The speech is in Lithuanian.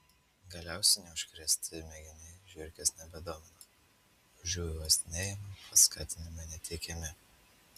galiausiai neužkrėsti mėginiai žiurkės nebedomina už jų uostinėjimą paskatinimai neteikiami